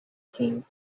king